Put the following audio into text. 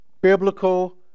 biblical